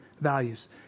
values